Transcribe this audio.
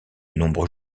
nombreux